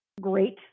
great